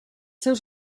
seus